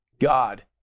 God